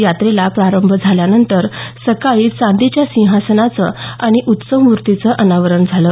यात्रेला प्रारंभ झाल्यानंतर सकाळी चांदीच्या सिंहासनाचं आणि उत्सवमूर्तीचं अनावरण झालं